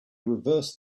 reversed